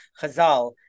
Chazal